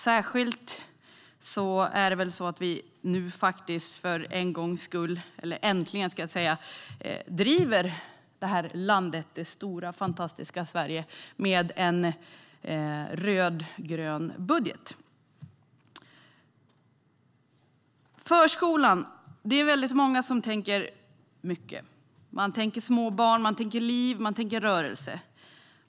Särskilt är det väl så att vi faktiskt äntligen driver det här landet - det stora, fantastiska Sverige - med en rödgrön budget. När det gäller förskolan är det väldigt många som tänker mycket. Man tänker små barn, och man tänker liv och rörelse.